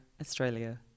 Australia